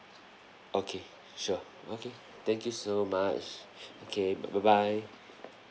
okay sure okay thank you so much okay bye bye